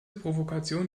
provokation